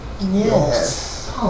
Yes